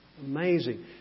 Amazing